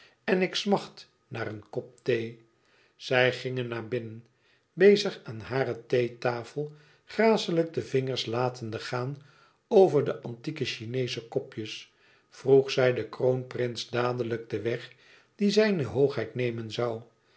en ik smacht naar een kop thee zij gingen naar binnen bezig aan hare theetafel gracelijk e ids vingers latende gaan over de antieke chineesche kopjes vroeg zij den kroonprins dadelijk den weg die zijne hoogheid nemen zoû